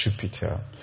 Jupiter